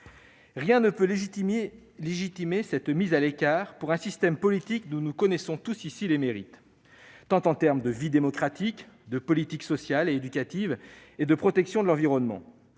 Rien ne peut légitimer la mise à l'écart d'un système politique dont nous connaissons tous ici les mérites, tant en termes de vie démocratique que de politique sociale et éducative et de protection de l'environnement.